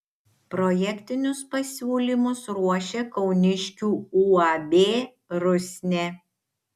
projektinius pasiūlymus ruošė kauniškių uab rusnė